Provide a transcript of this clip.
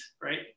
right